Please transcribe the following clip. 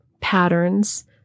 patterns